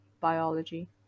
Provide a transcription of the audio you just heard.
biology